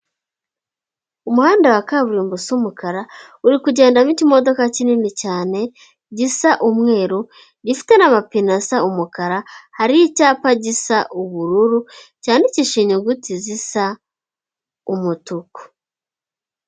Umuhanda wa kaburimbo usa umukara uri kugendamo ikimodoka kinini cyane gisa umweru, gifite n'amapine asa umukara, hari icyapa gisa ubururu, cyandikishije inyuguti zisa umutuku.